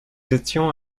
étions